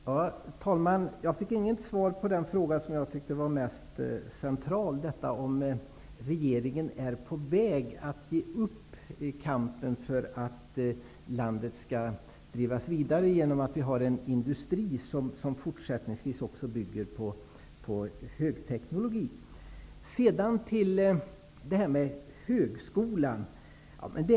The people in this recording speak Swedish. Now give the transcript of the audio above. Herr talman! Jag fick inget svar på den fråga som jag tyckte var mest central, nämligen frågan om regeringen är på väg att ge upp kampen för att landet skall drivas vidare genom att vi har en industri som även fortsättningsvis skall bygga på hög teknologi. Sedan till frågan om högskolorna.